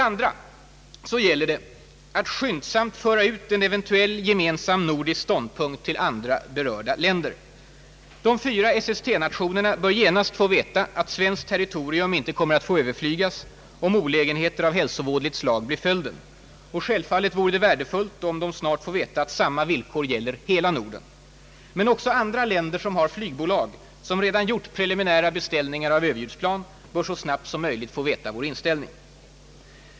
a 2) Det gäller att skyndsamt föra ut en eventuell gemensam nordisk ståndpunkt till andra berörda länder. De fyra SST-nationerna bör genast få veta att svenskt territorium inte kommer att få överflygas, om olägenheter av hälsovådligt slag blir följden — självfallet vore det värdefullt om de snart får veta att samma villkor gäller för hela Norden. Men också andra länder som har flygbolag, som redan gjort preliminära beställningar av Ööverljudsplan, bör så snabbt som möjligt få veta vår inställning.